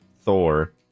Thor